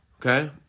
Okay